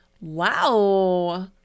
Wow